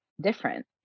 different